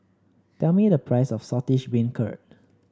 tell me the price of Saltish Beancurd